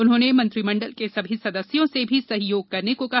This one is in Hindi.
उन्होंने मंत्रिमंडल के सभी सदस्यों से भी सहयोग करने को कहा